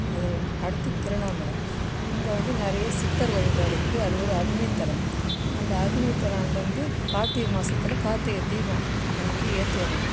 அது ஒன்று அடுத்து திருவண்ணாமலை அங்கே வந்து நிறைய சித்தர் வழிபாடு இருக்குது அது ஒரு அக்னி தலம் அந்த அக்னி தலம்ட்ட வந்து கார்த்திகை மாதத்துல கார்த்திகை தீபம் அன்றைக்கு ஏற்றுவாங்க